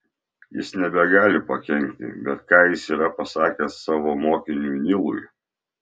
jis nebegali pakenkti bet ką jis yra pasakęs savo mokiniui nilui